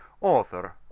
Author